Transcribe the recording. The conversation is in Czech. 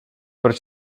proč